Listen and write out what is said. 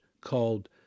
called